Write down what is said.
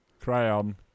Crayon